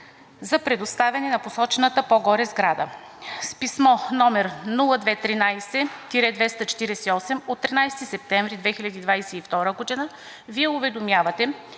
за предоставяне на посочената по-горе сграда. С писмо № 02-13-248 от 13 септември 2022 г. Вие уведомявате